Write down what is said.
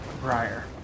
Briar